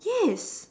yes